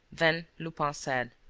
then lupin said